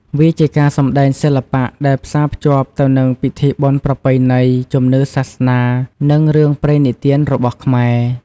វាជាការសម្តែងសិល្បៈ ដែលផ្សារភ្ជាប់ទៅនឹងពិធីបុណ្យប្រពៃណី ជំនឿសាសនា និងរឿងព្រេងនិទានរបស់ខ្មែរ។